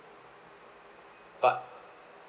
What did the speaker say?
but